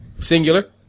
Singular